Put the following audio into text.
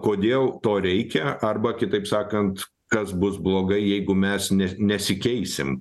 kodėl to reikia arba kitaip sakant kas bus blogai jeigu mes ne nesikeisim